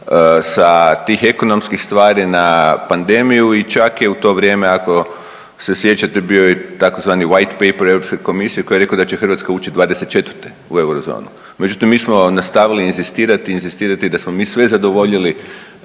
sa tih ekonomskih stvari na pandemiju i čak je u to vrijeme ako se sjećate bio i tzv. White paper Europske komisije koji je rekao da će Hrvatska ući '24. u Eurozonu, međutim mi smo nastavili inzistirati i inzistirati da smo mi sve zadovoljili